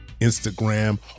Instagram